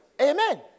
Amen